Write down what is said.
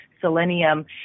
selenium